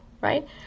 right